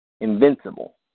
Invincible